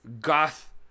goth